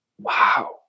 Wow